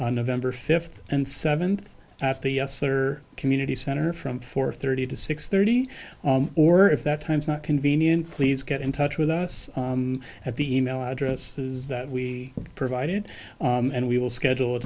on november fifth and seventh at the yes or community center from four thirty to six thirty or if that time's not convenient please get in touch with us at the e mail addresses that we provided and we will schedule a